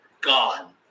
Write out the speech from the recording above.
gone